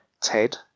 Ted